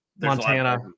Montana